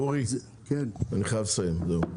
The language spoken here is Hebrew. אורי, אני חייב לסיים, זהו.